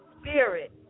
spirit